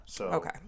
Okay